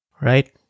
right